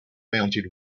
mounted